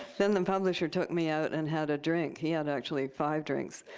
then the publisher took me out and had a drink. he had actually five drinks.